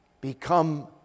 become